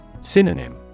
Synonym